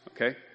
okay